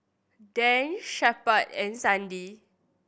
Dan Shepherd and Sandi